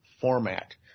format